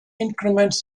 increments